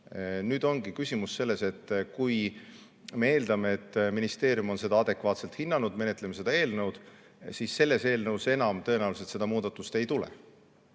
Nüüd ongi küsimus selles, et kui me eeldame, et ministeerium on seda adekvaatselt hinnanud ja me juba menetleme seda eelnõu, siis selles eelnõus enam tõenäoliselt seda muudatust ei tule.